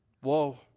Whoa